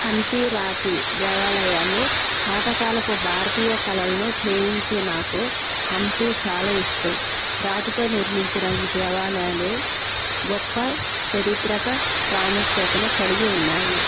హంపి రాతి దేవాలయాలు పాతకాలపు భారతీయ కళలను ప్రేమించే నాకు హంపి చాలా ఇష్టం రాతితో నిర్మించిన ఈ దేవాలయాలు గొప్ప చారిత్రిక ప్రాముఖ్యతను కలిగి ఉన్నాయి